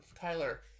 Tyler